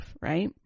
right